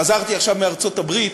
חזרתי עכשיו מארצות-הברית.